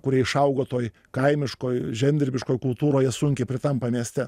kurie išaugo toj kaimiškoj žemdirbiškoj kultūroj jie sunkiai pritampa mieste